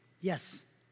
Yes